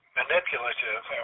manipulative